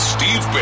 Steve